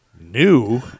new